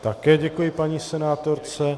Také děkuji paní senátorce.